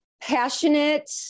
Passionate